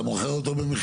אתה מוכר אותו במחיר הפסד.